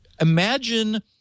imagine